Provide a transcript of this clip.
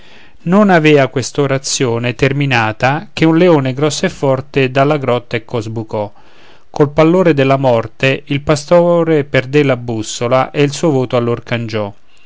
non avea quest'orazione terminata che un leone grosso e forte dalla grotta ecco sbucò col pallore della morte il pastor perdé la bussola e il suo voto allor cangiò